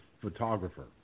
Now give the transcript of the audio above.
photographer